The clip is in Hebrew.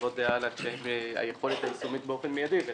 לחוות דעה על היכולת היישומית באופן מיידי.